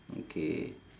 okay